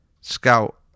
scout